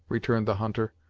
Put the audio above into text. returned the hunter,